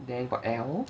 then got L